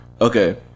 Okay